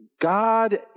God